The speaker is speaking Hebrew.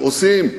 ועושים.